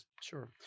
sure